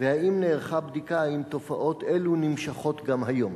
2. האם נערכה בדיקה אם תופעות אלו נמשכות גם היום?